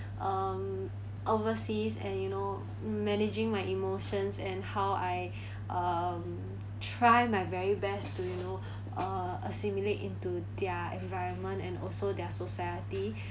um overseas and you know managing my emotions and how I um try my very best to you know uh assimilate into their environment and also their society